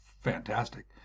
fantastic